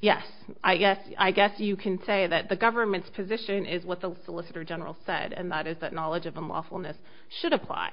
yes i guess i guess you can say that the government's position is what the solicitor general said and that is that knowledge of awfulness should apply